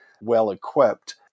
well-equipped